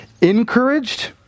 encouraged